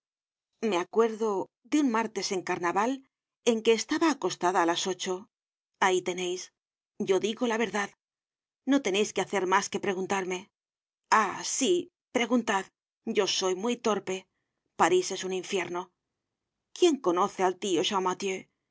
me acuerdo de un martes de carnaval en que estaba acostada á las ocho ahí teneis yo digo la verdad no teneis que hacer mas que preguntarme ah sí preguntad yo soy muy torpe parís es un infierno quién conoce al tio